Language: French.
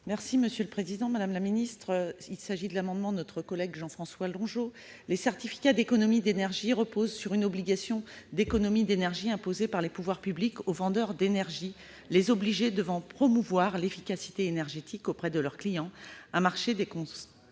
présenter l'amendement n° 10 rectifié. Il s'agit d'un amendement de notre collègue Jean-François Longeot. Les certificats d'économies d'énergie reposent sur une obligation d'économies d'énergie imposée par les pouvoirs publics aux vendeurs d'énergie. Les obligés devant promouvoir l'efficacité énergétique auprès de leurs clients, un marché des contrats